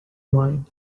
mind